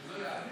כאן, במליאה.)